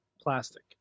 plastic